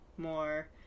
more